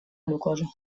glucosa